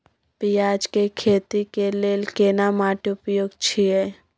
पियाज के खेती के लेल केना माटी उपयुक्त छियै?